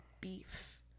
beef